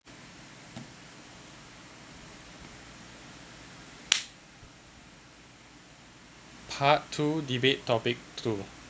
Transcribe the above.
part two debate topic two